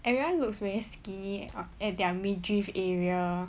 everyone looks very skinny or at their midriff area